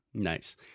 Nice